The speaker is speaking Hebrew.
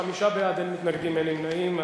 חמישה בעד, אין מתנגדים, אין נמנעים.